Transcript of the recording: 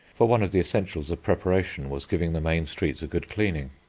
for one of the essentials of preparation was giving the main streets a good cleaning.